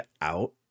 out